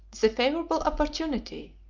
the favorable opportunity,